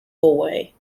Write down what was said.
away